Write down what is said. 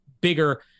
bigger